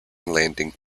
landing